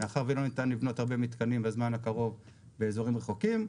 מאחר ולא ניתן לבנות הרבה מתקנים בזמן הקרוב באזורים רחוקים,